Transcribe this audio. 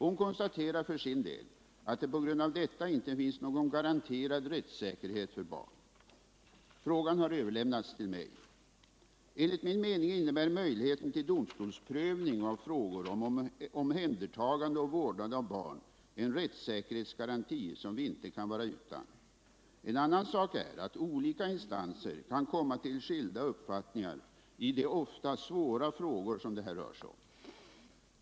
Hon konstaterar för sin del att det på grund av detta inte finns någon garanterad rättssäkerhet för barn. Frågan har överlämnats till mig. Enligt min mening innebär möjligheten till domstolsprövning av frågor om omhändertagande och vårdnad av barn en rättssäkerhetsgaranti som vi inte kan vara utan. En annan sak är att olika instanser kan komma till skilda uppfattningar i de ofta svåra frågor som det här rör sig om.